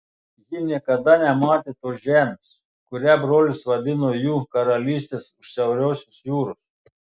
ji niekada nematė tos žemės kurią brolis vadino jų karalystės už siaurosios jūros